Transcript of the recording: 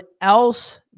else